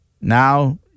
Now